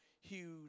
huge